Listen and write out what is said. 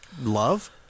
love